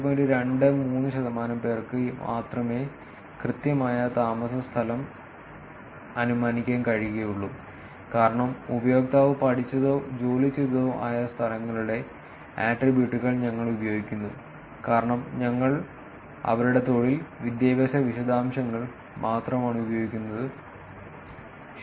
23 ശതമാനം പേർക്ക് മാത്രമേ കൃത്യമായ താമസസ്ഥലം അനുമാനിക്കാൻ കഴിയുകയുള്ളൂ കാരണം ഉപയോക്താവ് പഠിച്ചതോ ജോലി ചെയ്തതോ ആയ സ്ഥലങ്ങളുടെ ആട്രിബ്യൂട്ടുകൾ ഞങ്ങൾ ഉപയോഗിക്കുന്നു കാരണം ഞങ്ങൾ അവരുടെ തൊഴിൽ വിദ്യാഭ്യാസ വിശദാംശങ്ങൾ മാത്രമാണ് ഉപയോഗിക്കുന്നത് ശരിയാണ്